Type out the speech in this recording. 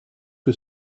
que